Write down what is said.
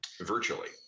virtually